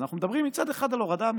אנחנו מדברים מצד אחד על הורדה מכסית,